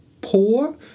poor